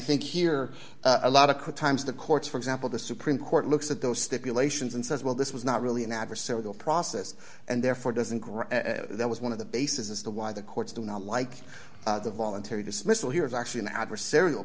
think here a lot of times the courts for example the supreme court looks at those stipulations and says well this was not really an adversarial process and therefore doesn't grow that was one of the basis as to why the courts do not like the voluntary dismissal here is actually an adversarial